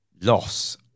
loss